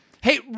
Hey